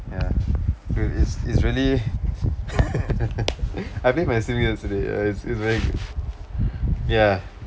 ya dude is is really I play with my sibling yesterday it's it's very good ya